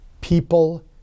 people